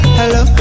hello